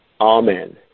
Amen